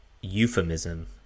euphemism